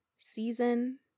Season